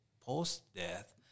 post-death